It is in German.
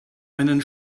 einen